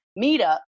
meetup